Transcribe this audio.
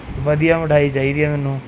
ਵਧੀਆ ਮਿਠਾਈ ਚਾਹੀਦੀ ਹੈ ਮੈਨੂੰ